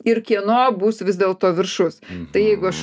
ir kieno bus vis dėlto viršus tai jeigu aš